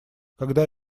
когда